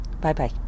Bye-bye